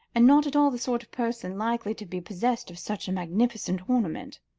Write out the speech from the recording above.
and not at all the sort of person likely to be possessed of such a magnificent ornament.